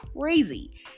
crazy